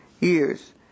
years